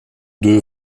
deux